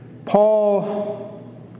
Paul